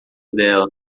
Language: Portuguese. dela